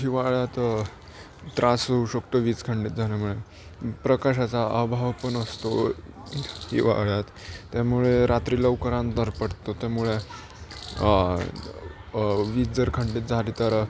हिवाळ्यात त्रास होऊ शकतो वीज खंडित झाल्यामुळे प्रकाशाचा अभाव पण असतो हिवाळ्यात त्यामुळे रात्री लवकर अंधार पडतो त्यामुळे